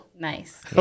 nice